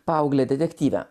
paauglę detektyvę